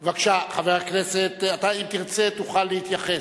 בבקשה, חבר הכנסת, אתה אם תרצה תוכל להתייחס.